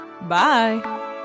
Bye